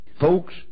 Folks